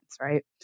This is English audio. right